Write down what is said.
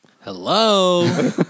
Hello